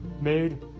Made